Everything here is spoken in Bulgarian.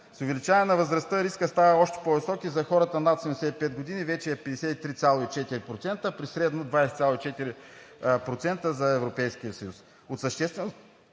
С увеличаване на възрастта рискът става още по-висок и за хората над 75 години вече е 53,4%, при средно 20,4% за